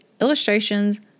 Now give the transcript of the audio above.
illustrations